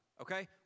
Okay